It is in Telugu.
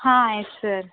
హా ఎస్ సర్